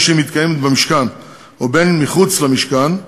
בין שהיא מתקיימת במשכן הכנסת ובין מחוץ למשכן,